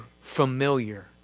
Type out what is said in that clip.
familiar